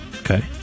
Okay